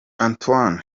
antoine